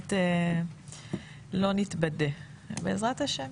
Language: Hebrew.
שבאמת לא נתבדה, בעזרת ה'.